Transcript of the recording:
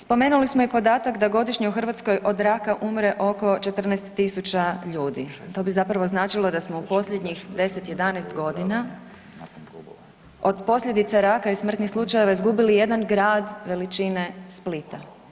Spomenuli smo i podatak da godišnje u Hrvatskoj od raka umre oko 14.000 ljudi, to bi zapravo značilo da smo u posljednjih 10-11 godina od posljedica raka i smrtnih slučajeva izgubili jedan grad veličine Splita.